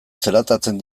zelatatzen